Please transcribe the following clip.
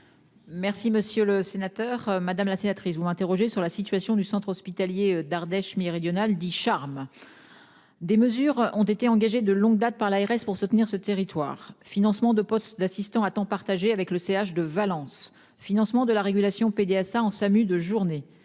Merci Monsieur le Sénateur. Madame la sénatrice vous m'interrogez sur la situation du centre hospitalier d'Ardèche méridionale 10 charme. Des mesures ont été engagés de longue date par l'ARS pour soutenir ce territoire financement de postes d'assistants à temps partagé avec le CH de Valence. Financement de la régulation PDSA en SAMU de journée